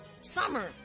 Summer